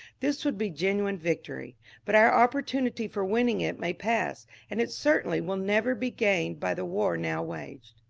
this would be genu ine victory but our opportunity for winning it may pass, and it certainly will never be gained by the war now waged.